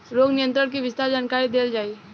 रोग नियंत्रण के विस्तार जानकरी देल जाई?